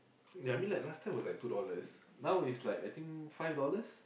I mean like last time was like two dollars now is like I think five dollars